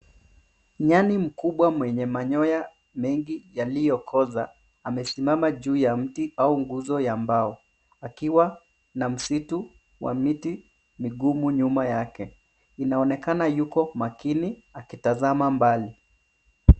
Nyani mkubwa mwenye manyoya mengi yaliyokoza amesimama juu ya mti au nguzo ya mbao, akiwa na msitu wa miti migumu nyuma yake. Inaonekana yuko makini akitazama mbail.